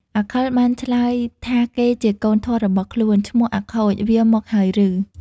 អាខិលបានឆ្លើយថាគេជាកូនធម៌របស់ខ្លួន ឈ្មោះអាខូចវាមកហើយឬ។